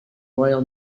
royal